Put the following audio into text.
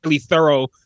thorough